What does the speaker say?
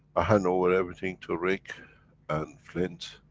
hand over everything to rick and flint.